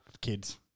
kids